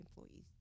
employees